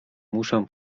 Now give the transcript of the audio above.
muszę